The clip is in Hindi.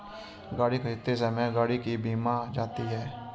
गाड़ी खरीदते समय गाड़ी की बीमा की जाती है